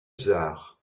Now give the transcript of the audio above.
tsars